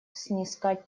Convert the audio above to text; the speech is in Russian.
снискать